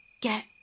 Get